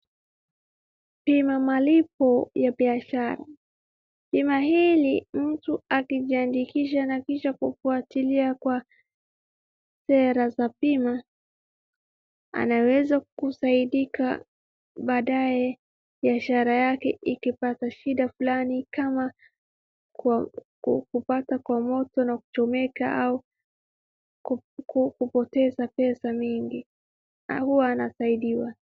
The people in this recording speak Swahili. Bima malipo ya biashara. Bima hili mtu akijiandikisha na kisha kufwatilia kwa sera za bima anaweza kusaidika baadae biashara yake ikipata shida fulani kama kupata kwa moto na kuchomeka au kupoteza fedha mingi huwa anasaidiwa.